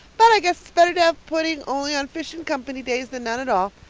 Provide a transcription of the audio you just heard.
but i guess better to have pudding only on fish and company days than none at all.